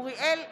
אוריאל בוסו,